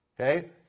Okay